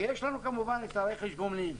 ויש לנו כמובן רכש גומלין.